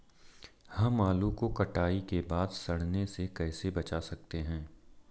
हम आलू को कटाई के बाद सड़ने से कैसे बचा सकते हैं?